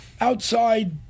outside